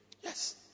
Yes